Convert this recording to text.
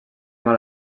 mal